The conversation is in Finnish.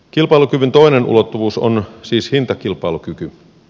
kilpailukyvyn toinen ulottuvuus on siis hintakilpailukyky